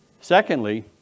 Secondly